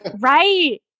Right